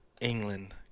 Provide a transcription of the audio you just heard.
England